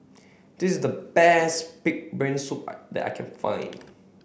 this the best pig brain soup that I can find